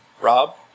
Rob